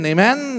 Amen